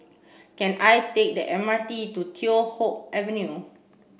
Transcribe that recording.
can I take the M R T to Teow Hock Avenue